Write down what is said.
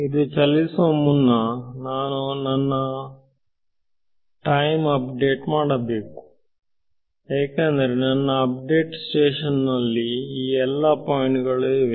ಇದು ಚಲಿಸುವ ಮುನ್ನ ನಾನು ನನ್ನ ಅಪ್ಡೇಟ್ ಮಾಡಬೇಕು ಏಕೆಂದರೆ ನನ್ನ ಅಪ್ಡೇಟ್ ಸ್ಟೇಷನ್ ನಲ್ಲಿ ಈ ಎಲ್ಲಾ ಪಾಯಿಂಟ್ ಗಳು ಇವೆ